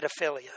pedophilia